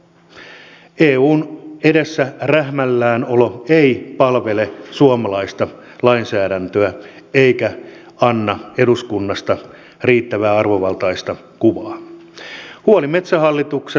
eun edessä rähmällään olo ei palvele suomalaista lainsäädäntöä eikä anna eduskunnasta riittävän arvovaltaista kuvaa